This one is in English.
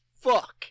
fuck